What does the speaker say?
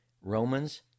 Romans